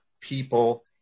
people